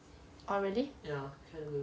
oh really